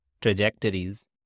trajectories